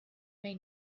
may